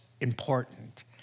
important